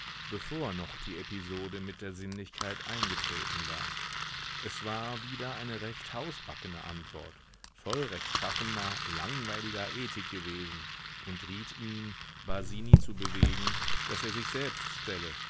bevor noch die episode mit der sinnlichkeit eingetreten war es war wieder eine recht hausbackene antwort voll rechtschaffener langweiliger ethik gewesen und riet ihm basini zu bewegen daß er sich selbst stelle